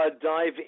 dive